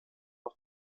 auf